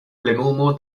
plenumo